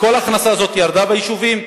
וכל ההכנסה הזאת ירדה ביישובים.